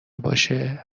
باشه